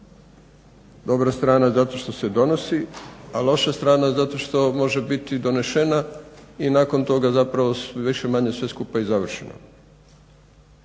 Dobra strana zato što se donosi, a loša strana zato što može biti donešena i nakon toga više-manje sve skupa i završeno